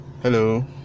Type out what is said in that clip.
Hello